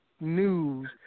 news